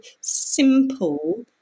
simple